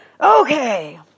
okay